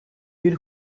bir